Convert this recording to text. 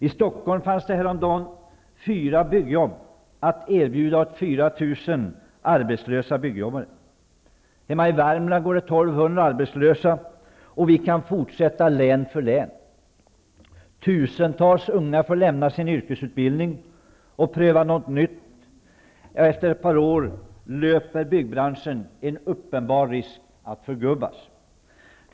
I Stockholm fanns häromdagen fyra byggjobb att erbjuda åt 4 000 arbetslösa byggjobbare. Hemma i Värmland går 1 200 arbetslösa. Vi kan fortsätta uppräkningen län efter län. Tusentals unga får lämna sin yrkesutbildning och pröva något nytt. Efter ett par år löper byggbranschen en uppenbar risk att förgubbas.